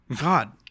God